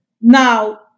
now